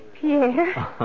Pierre